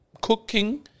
cooking